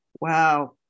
Wow